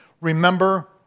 remember